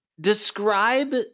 Describe